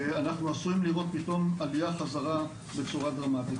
אנחנו עשויים לראות פתאום עלייה חזרה בצורה דרמטית.